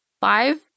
five